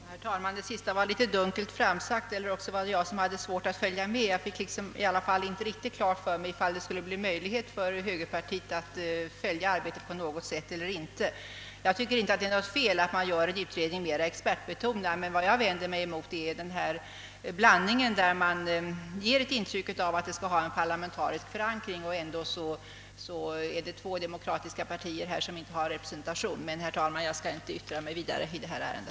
Herr talman! Vad statsrådet sade senast var litet dunkelt uttryckt eller också hade jag svårt att följa med — jag fick i varje fall inte klart för mig om det skulle bli möjligt för högerpartiet att följa detta arbete. Jag tycker inte det är fel att en utredning göres mera expertbetonad, men jag vänder mig mot att man ger ett intryck av att utredningen har parlamentarisk förankring trots att två demokratiska partier ändå inte är representerade. Men, herr talman, jag skall inte yttra mig vidare i detta ärende.